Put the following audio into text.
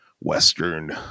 Western